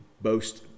boast